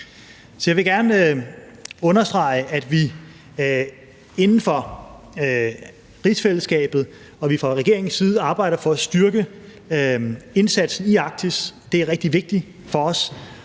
Jeg vil gerne understrege, at vi inden for rigsfællesskabet og fra regeringens side arbejder for at styrke indsatsen i Arktis, Det er rigtig vigtigt for os.